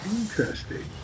Interesting